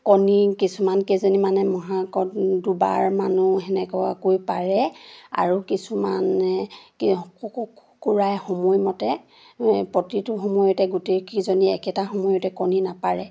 কণী কিছুমান কেইজনীমানে মাহেকত দুবাৰমানো সেনেকুৱাকৈ পাৰে আৰু কিছুমানে কুকুৰাই সময়মতে প্ৰতিটো সময়তে গোটেইকেইজনীয়ে একেটা সময়তে কণী নাপাৰে